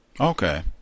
Okay